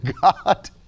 God